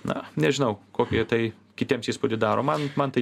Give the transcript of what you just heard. na nežinau kokį tai kitiems įspūdį daro man man tai